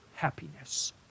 happiness